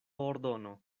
ordono